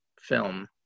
film